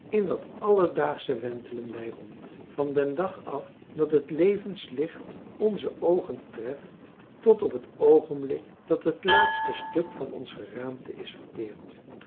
in dat alledaagsche wentelen wij rond van den dag af dat het levenslicht onze oogen treft tot op het oogenblik dat het laatste stuk van ons geraamte is verteerd